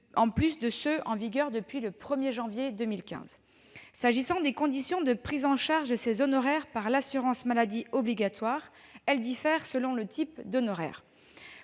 en plus de ceux qui sont en vigueur depuis le 1 janvier 2015. S'agissant des conditions de prise en charge de ces honoraires par l'assurance maladie obligatoire, elles diffèrent selon le type d'honoraire.